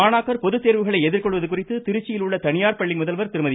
மாணாக்கர் பொதுத்தேர்வுகளை எதிர்கொள்வது குறித்து திருச்சியில் உள்ள தனியார் பள்ளி முதல்வர் திருமதி